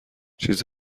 چیز